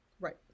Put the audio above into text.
Right